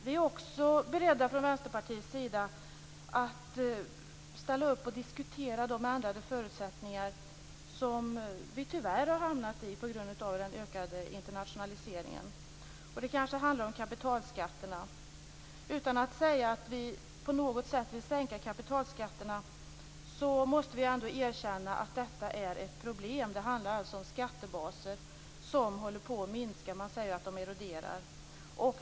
Vi är också beredda från Vänsterpartiets sida att ställa upp och diskutera de ändrade förutsättningar som vi tyvärr har hamnat i på grund av den ökade internationaliseringen. Det kan handla om kapitalskatterna. Utan att säga att vi på något sätt vill sänka kapitalskatterna måste vi ändå erkänna att detta är ett problem. Det handlar alltså om skattebaser som håller på att minska; man säger att de eroderar.